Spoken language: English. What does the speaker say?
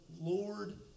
Lord